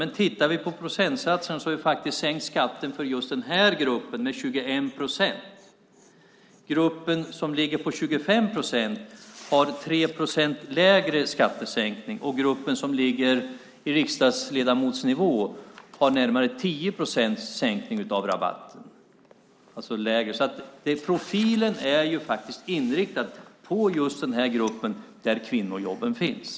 Men tittar vi på procentsatsen har vi sänkt skatten för just den här gruppen med 21 procent. Gruppen som ligger på 25 procent har 3 procent lägre skattesänkning. Vi som ligger på riksdagsledamotsnivå har närmare 10 procents sänkning av rabatten, det vill säga lägre. Profilen är inriktad på just den grupp där kvinnojobben finns.